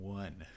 one